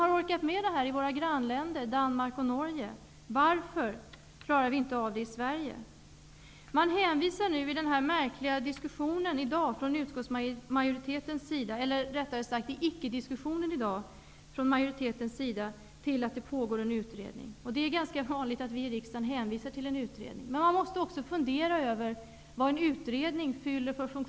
Varför klarar vi i Sverige inte med det som man har orkat med i våra grannländer Danmark och Norge? Man hänvisar i den märkliga diskussionen -- eller rättare icke-diskussionen -- i dag från utskottsmajoritetens sida till att det pågår en utredning. Det är ganska vanligt att vi i riksdagen hänvisar till utredningar, men man måste också fundera över vilken funktion en utredning fyller.